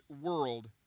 world